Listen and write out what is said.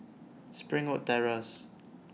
Springwood Terrace